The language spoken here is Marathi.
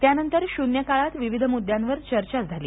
त्यानंतर शून्य काळात विविध मृदद्यावर चर्चा झाली